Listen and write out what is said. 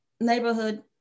neighborhood